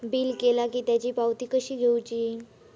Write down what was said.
Bill केला की त्याची पावती कशी घेऊची?